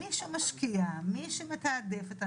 מתוך התייעצות עם